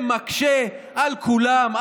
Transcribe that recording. שמקשה על כולם,